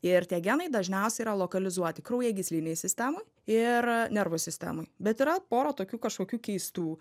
ir tie genai dažniausiai yra lokalizuoti kraujagyslinėj sistemoj ir nervų sistemoj bet yra pora tokių kažkokių keistų